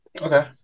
Okay